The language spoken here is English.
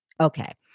Okay